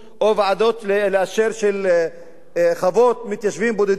או ועדות לאישור חוות מתיישבים בודדים.